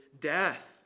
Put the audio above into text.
death